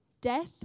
death